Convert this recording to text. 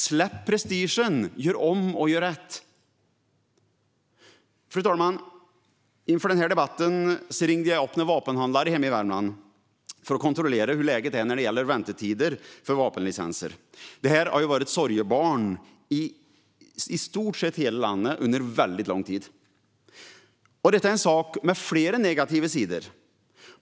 Släpp prestigen, gör om och gör rätt! Fru talman! Inför den här debatten ringde jag upp några vapenhandlare hemma i Värmland för att kontrollera hur läget är när det gäller väntetider för vapenlicenser. Detta har varit ett sorgebarn i stort sett i hela landet under väldigt lång tid. Detta är en sak med flera negativa sidor.